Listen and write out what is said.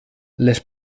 les